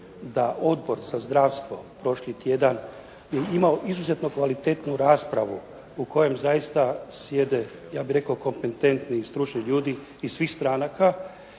da Odbor za zdravstvo prošli tjedan je imao izuzetno kvalitetnu raspravu u kojem zaista sjede, ja bih rekao kompentetni stručni ljudi iz svih stranaka